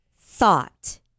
thought